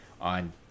on